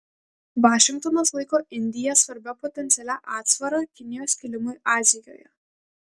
vašingtonas laiko indiją svarbia potencialia atsvara kinijos kilimui azijoje